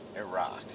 Iraq